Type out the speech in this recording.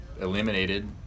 eliminated